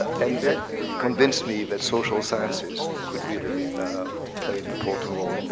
and that convinced me that social sciences could really play an important role, and